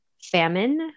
famine